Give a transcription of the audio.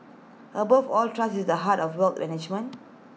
above all trust is the heart of wealth management